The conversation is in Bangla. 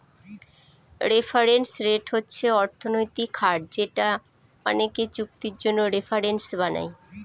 রেফারেন্স রেট হচ্ছে অর্থনৈতিক হার যেটা অনেকে চুক্তির জন্য রেফারেন্স বানায়